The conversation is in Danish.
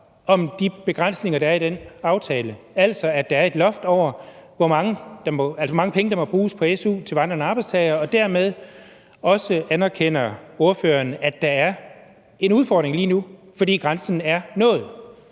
om de begrænsninger, der er i den aftale, altså at der er et loft over, hvor mange penge der må bruges på su til vandrende arbejdstagere, og om ordføreren dermed også anerkender, at der lige nu er en udfordring, fordi grænsen er nået.